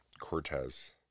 Cortez